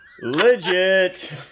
Legit